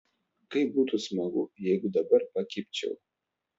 kaip būtų smagu jeigu dabar pakibčiau